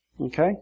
Okay